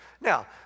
Now